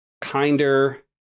kinder